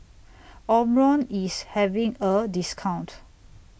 Omron IS having A discount